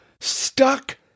stuck